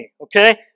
okay